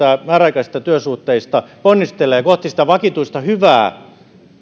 määräaikaisista työsuhteista ponnistelee kohti sitä vakituista hyvää